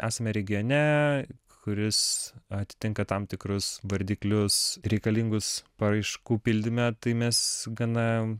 esame regione kuris atitinka tam tikrus vardiklius reikalingus paraiškų pildyme tai mes gana